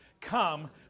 Come